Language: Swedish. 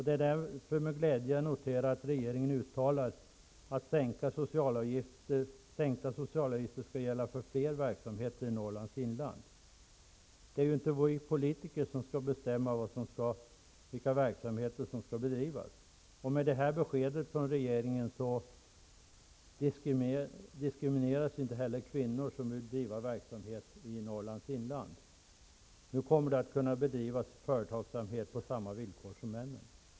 Det är därför med glädje jag noterar att regeringen uttalar att sänkta socialavgifter skall gälla för fler verksamheter i Norrlands inland. Det är inte vi politiker som skall bestämma vilka verksamheter som skall bedrivas. Med detta besked från regeringen diskrimineras inte heller kvinnor som vill bedriva verksamhet i Norrlands inland. Nu kommer de att kunna driva företag på samma villkor som männen.